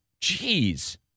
Jeez